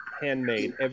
handmade